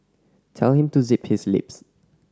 tell him to zip his lips